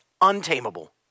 untamable